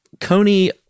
Coney